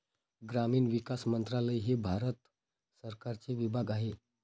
ग्रामीण विकास मंत्रालय हे भारत सरकारचे विभाग आहे